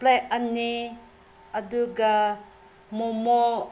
plate ꯑꯅꯤ ꯑꯗꯨꯒ ꯃꯣꯃꯣ